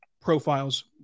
profiles